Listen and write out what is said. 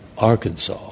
Arkansas